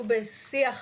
בשיח